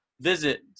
visit